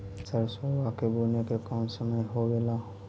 सरसोबा के बुने के कौन समय होबे ला?